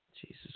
Jesus